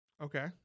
Okay